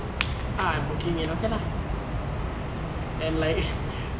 ah I'm booking in okay lah and like